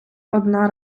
одна